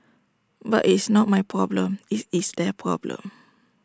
but IT is not my problem IT is their problem